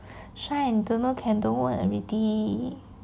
shy and don't know can don't work already